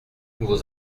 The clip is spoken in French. vos